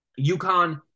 UConn